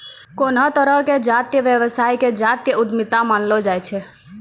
कोनो तरहो के जातीय व्यवसाय के जातीय उद्यमिता मानलो जाय छै